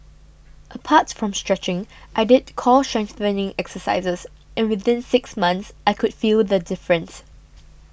apart from stretching I did core strengthening exercises and within six months I could feel the difference